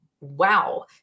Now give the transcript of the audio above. Wow